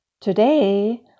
Today